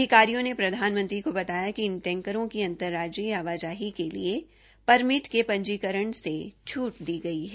अधिकारियों ने प्रधानमंत्री को बताया कि इन टैंकरों को अंतरराज्यीय आवाजाही के लिए परमिट के पंजीकरण से छूट दी गई है